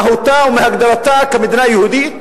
ממהותה ומהגדרתה כמדינה יהודית?